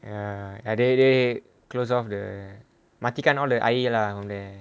ya they they close off the matikan all the air lah